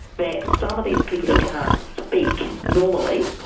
that some of these people who can't speak normally,